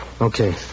Okay